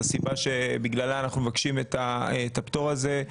הסיבה שבגללה אנחנו מבקשים את הפטור הזה היא,